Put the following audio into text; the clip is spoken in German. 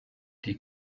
die